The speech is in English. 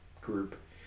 group